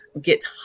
get